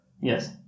yes